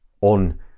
on